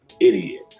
idiot